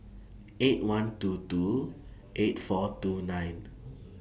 eight one two two eight four two nine